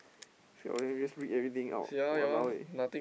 then you just read everything out !walao! eh